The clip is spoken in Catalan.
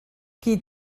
qui